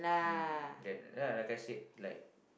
mm that yeah like I said like